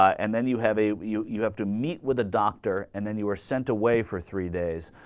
and then you have a you you have to meet with the doctor and then you were sent away for three days